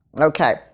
Okay